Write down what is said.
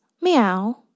Meow